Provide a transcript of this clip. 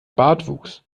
bartwuchs